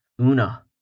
Una